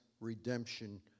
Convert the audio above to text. Redemption